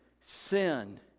sin